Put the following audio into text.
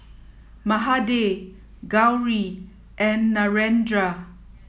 Mahade Gauri and Narendra